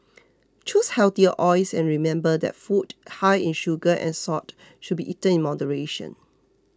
choose healthier oils and remember that food high in sugar and salt should be eaten in moderation